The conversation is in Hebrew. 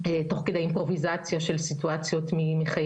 תוך כדי אימפרוביזציה של סיטואציות מחיי